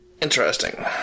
Interesting